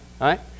right